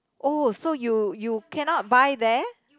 oh so you you cannot buy there